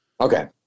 Okay